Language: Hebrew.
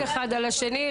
לא לצעוק אחד על השני.